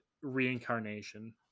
reincarnation